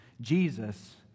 Jesus